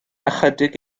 ychydig